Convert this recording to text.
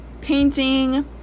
painting